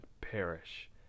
perish